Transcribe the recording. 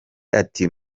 ati